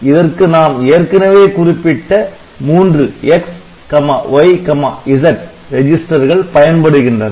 இதற்கு நாம் ஏற்கனவே குறிப்பிட்ட மூன்று X Y Z ரெஜிஸ்டர்கள் பயன்படுகின்றன